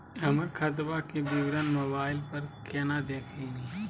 हमर खतवा के विवरण मोबाईल पर केना देखिन?